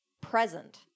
present